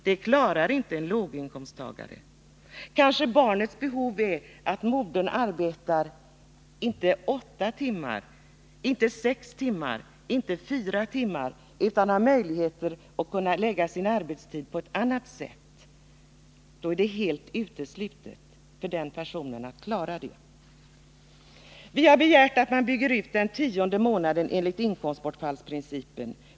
Det klarar inte en låginkomsttagare. Kanske barnets behov är att modern inte arbetar åtta timmar, inte sex timmar, inte fyra timmar utan har möjlighet att förlägga sin arbetstid på ett annat sätt. Då är det helt uteslutet för den modern att klara detta. Vi har begärt att man skall bygga ut med den tionde månaden enligt inkomstbortfallsprincipen.